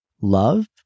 love